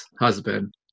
husband